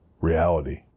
reality